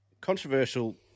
controversial